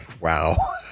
Wow